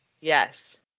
Yes